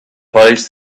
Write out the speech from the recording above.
peace